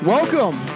Welcome